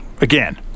Again